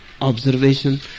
observation